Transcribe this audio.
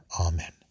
Amen